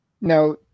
now